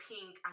Pink